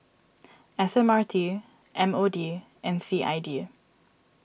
S M R T M O D and C I D